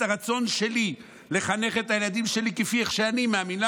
הרצון שלי לחנך את הילדים שלי כפי שאני מאמין,